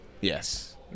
Yes